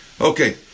Okay